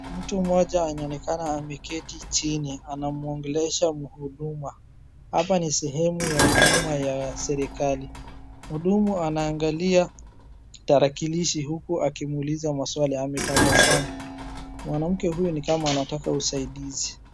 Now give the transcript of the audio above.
Mtu mmoja anaonekana ameketi chini anamuongelesha mhudumu hapa ni sehemu ya huduma ya serekari .Mhudumu anaangalia tarakilishi huku akimuuliza maswali, ametabasamu mwanamke huyu ni kama anataka usaidizi.